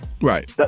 right